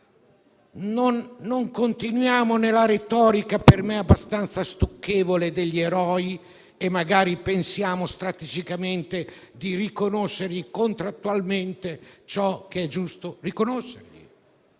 non continuiamo nella retorica, per me abbastanza stucchevole, degli eroi e magari pensiamo strategicamente a riconoscere loro, contrattualmente, ciò che è giusto riconoscere.